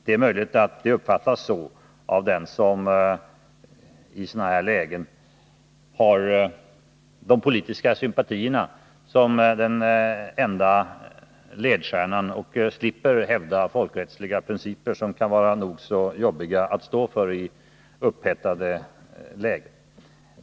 Det är möjligt att det uppfattas så av den som i sådana här lägen har de partipolitiska sympatierna som den enda ledstjärnan och slipper hävda folkrättsliga principer, vilket kan vara nog så besvärligt att stå för i upphettade lägen.